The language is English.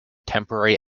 temporary